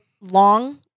long